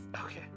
okay